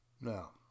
now